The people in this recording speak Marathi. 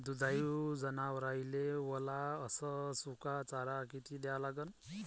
दुधाळू जनावराइले वला अस सुका चारा किती द्या लागन?